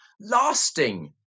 lasting